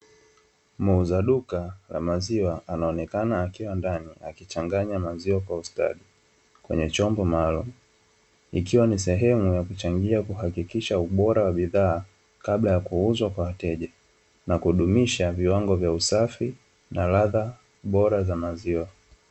Muuza duka la maziwa anaonekana akichanganya maziwa katika eneo maalumu ikiwa ni sehemu ya kuchangia ubora wa bidhaa na usafi kwa ladha bora za maziwa